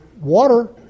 Water